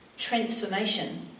Transformation